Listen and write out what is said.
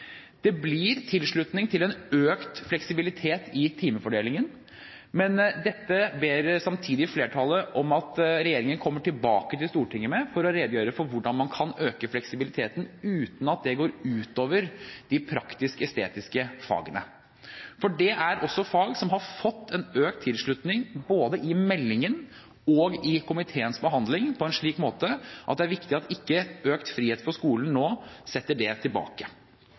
Det blir tilslutning til en økt fleksibilitet i timefordelingen, men dette ber samtidig flertallet om at regjeringen kommer tilbake til Stortinget med, for å redegjøre for hvordan man kan øke fleksibiliteten uten at det går utover de praktisk-estetiske fagene. For dette er fag som har fått økt tilslutning, både i meldingen og i komiteens behandling, på en slik måte at det er viktig at ikke økt frihet for skolen nå setter det tilbake.